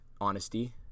honesty